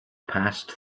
passed